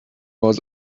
was